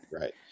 right